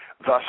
thus